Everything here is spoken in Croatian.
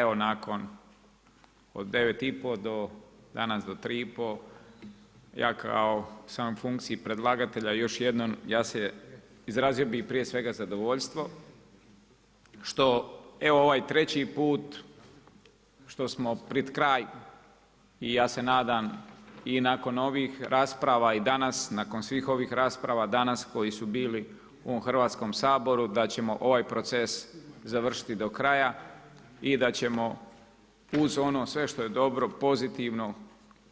Evo nakon od 9 i pol do danas do 3 i pol, jako kao u samoj funkciji predlagatelja, izrazio bi prije svega zadovoljstvo što evo treći put, što smo pred kraj, i ja se nadam i nakon ovih rasprava i danas nakon svih rasprava danas koji su bili u ovom Hrvatskom saboru, da ćemo ovaj proces završiti do kraja i da ćemo uz ono sve što je dobro pozitivno,